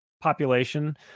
population